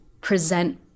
present